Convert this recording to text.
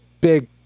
big